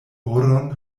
oron